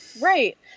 right